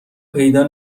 پیدا